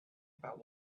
about